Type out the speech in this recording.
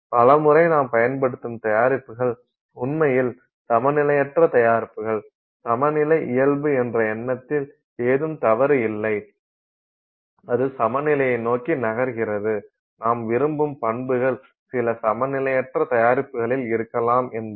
பல முறை நாம் பயன்படுத்தும் தயாரிப்புகள் உண்மையில் சமநிலையற்ற தயாரிப்புகள் சமநிலை இயல்பு என்ற எண்ணத்தில் ஏதும் தவறு இல்லை அது சமநிலையை நோக்கி நகர்கிறது நாம் விரும்பும் பண்புகள் சில சமநிலையற்ற தயாரிப்புகளில் இருக்கலாம் என்பதுதான்